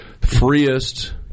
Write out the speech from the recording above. freest